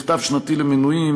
מכתב שנתי למנויים,